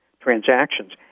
transactions